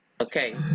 Okay